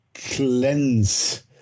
cleanse